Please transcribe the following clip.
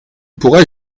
pourrais